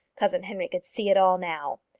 cousin henry could see it all now!